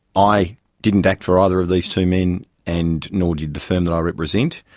i didn't act for either of these two men and nor did the firm that i represent.